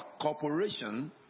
corporation